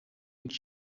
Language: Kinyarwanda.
w’iki